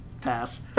Pass